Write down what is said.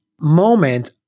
moment